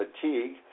fatigue